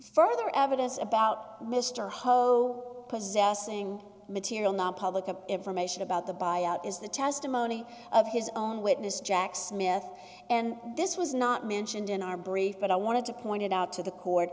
further evidence about mr ho possessing material nonpublic of information about the buyout is the testimony of his own witness jack smith and this was not mentioned in our brief but i wanted to point it out to the court